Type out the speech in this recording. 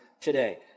today